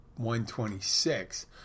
126